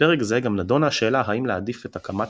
בפרק זה גם נדונה השאלה האם להעדיף את הקמת